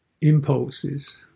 impulses